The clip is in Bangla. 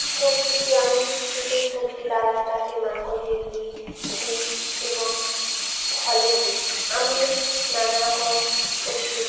সবজিকে আমি শীতের সবজি লাগাই তাতে ম্যানকোযেব দিই এবং ফলেও দিই আমি নানারকম ওষুধ